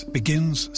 begins